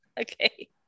Okay